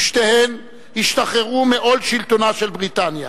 ושתיהן השתחררו מעול שלטונה של בריטניה,